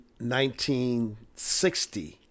1960